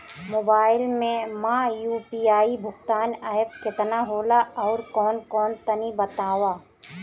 Mobile म UPI भुगतान app केतना होला आउरकौन कौन तनि बतावा?